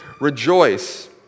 rejoice